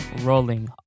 Rolling